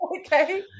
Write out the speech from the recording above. Okay